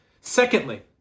Secondly